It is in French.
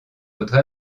autres